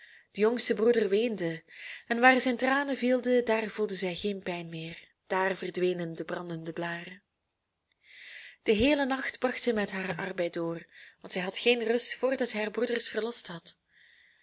de jongste broeder weende en waar zijn tranen vielen daar voelde zij geen pijn meer daar verdwenen de brandende blaren den heelen nacht bracht zij met haar arbeid door want zij had geen rust voordat zij haar broeders verlost had